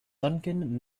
sunken